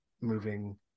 moving